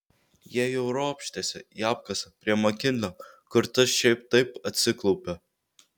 jie jau ropštėsi į apkasą prie makinlio kur tas šiaip taip atsiklaupė